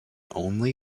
only